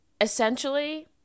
essentially